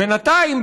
בינתיים,